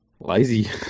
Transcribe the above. lazy